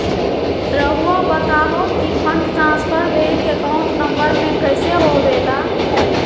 रहुआ बताहो कि fund transfer bank account number में कैसे होबेला?